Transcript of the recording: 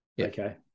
Okay